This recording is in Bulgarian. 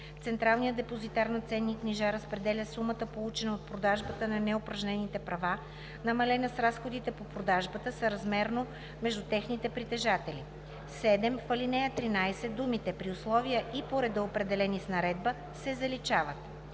„Централният депозитар на ценни книжа разпределя сумата, получена от продажбата на неупражнените права, намалена с разходите по продажбата, съразмерно между техните притежатели.“ 7. В ал. 13 думите „при условия и по ред, определени с наредба“ се заличават.“